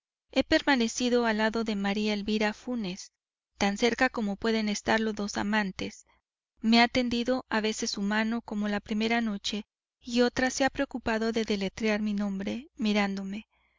el delirio he permanecido al lado de maría elvira funes tan cerca como pueden estarlo dos amantes me ha tendido a veces su mano como la primera noche y otras se ha preocupado de deletrear mi nombre mirándome